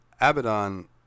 Abaddon